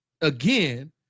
again